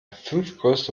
fünftgrößte